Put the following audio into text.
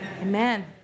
amen